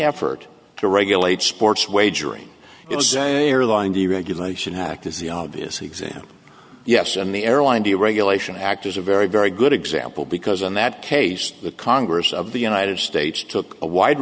effort to regulate sports wagering it was a line deregulation act is the obvious example yes and the airline deregulation act is a very very good example because in that case the congress of the united states took a wide